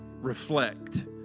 reflect